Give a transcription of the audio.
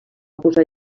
posar